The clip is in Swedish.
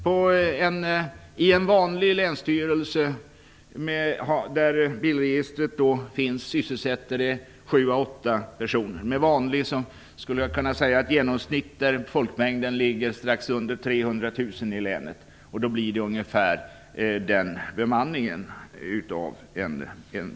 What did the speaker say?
Vid en vanlig länsstyrelse med bilregister sysselsätts sju à åtta personer - med "vanlig" menar jag då en länsstyrelse i ett län med en folkmängd på strax under 300 000. Fru talman!